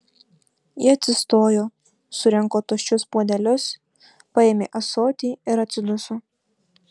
ji atsistojo surinko tuščius puodelius paėmė ąsotį ir atsiduso